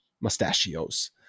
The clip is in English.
mustachios